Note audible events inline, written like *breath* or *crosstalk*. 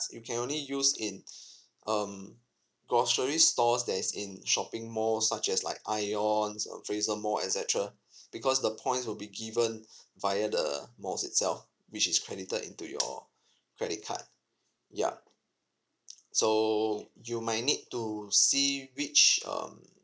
you can only use in *breath* um groceries stores that's in shopping malls such as like aeon you know fraser mall et cetera because the points will be given via the malls itself which is credited into your credit card ya so you might need to see which um